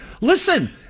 Listen